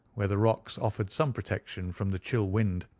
where the rocks offered some protection from the chill wind,